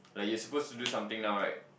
like you're supposed to do something now right